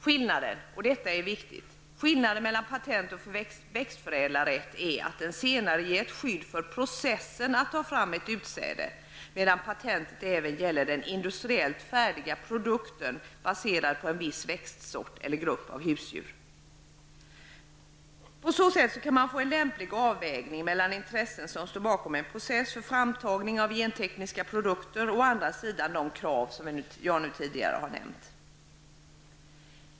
Skillnaden -- och detta är viktigt -- mellan patentoch växtförädlarrätt är att den senare ger ett skydd för processen att ta fram ett utsäde, medan patentet även omfattar den industriellt färdiga produkten, baserad på en viss växtsort eller grupp av husdjur. På så sätt kan man å ena sidan få en lämplig avvägning mellan intressen som står bakom en process för framtagning av gentekniska produkter och å andra sidan de krav som jag tidigare har nämnt.